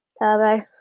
Turbo